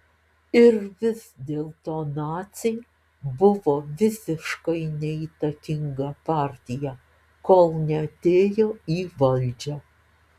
ir vis dėlto naciai buvo visiškai neįtakinga partija kol neatėjo į valdžią